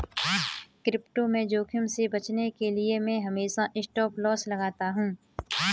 crypto में जोखिम से बचने के लिए मैं हमेशा स्टॉपलॉस लगाता हूं